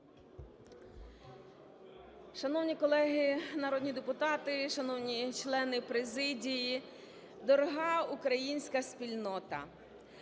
Шановні колеги народні депутати, шановні члени президії, дорога українська спільнота!